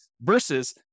versus